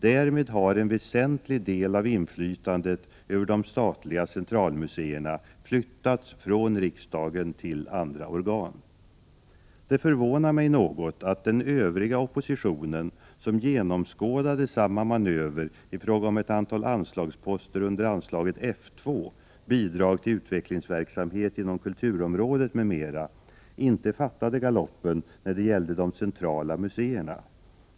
Därmed har en väsentlig del av inflytandet över de statliga centralmuseerna flyttats från riksdagen till andra organ. Det förvånar mig något att den övriga oppositionen, som genomskådade samma manöver i fråga om ett antal anslagsposter under anslaget F2, Bidrag till utvecklingsverksamhet inom kulturområdet m.m. , inte fattade galoppen när det gäller de centrala museerna.